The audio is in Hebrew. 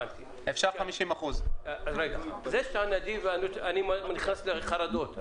אפשר 50%. אני נכנס לחרדות כשאתה נדיב.